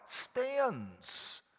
stands